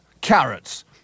Carrots